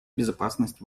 безопасность